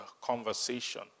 conversation